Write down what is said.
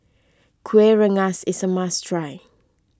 Kueh Rengas is a must try